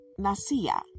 Nasia